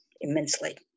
immensely